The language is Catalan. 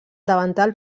davantal